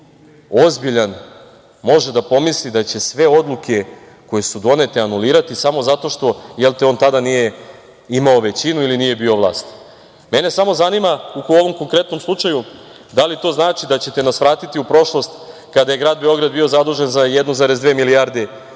ozbiljan može da pomisli da će sve odluke koje su donete anulirati samo zato što, jelte, on tada nije imao većinu ili nije bio vlast. Mene samo zanima u ovom konkretnom slučaju – da li to znači da ćete nas vratiti u prošlost, kada je grad Beograd bio zadužen za 1,2 milijarde evra,